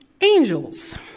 Angels